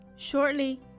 Shortly